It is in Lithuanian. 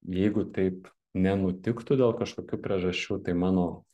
jeigu taip nenutiktų dėl kažkokių priežasčių tai mano